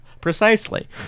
Precisely